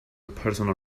personal